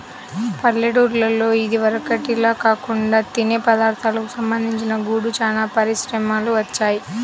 పల్లెటూల్లలో ఇదివరకటిల్లా కాకుండా తినే పదార్ధాలకు సంబంధించి గూడా చానా పరిశ్రమలు వచ్చాయ్